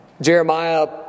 Jeremiah